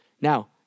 Now